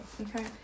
Okay